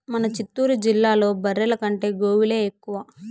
మన చిత్తూరు జిల్లాలో బర్రెల కంటే గోవులే ఎక్కువ